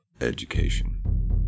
education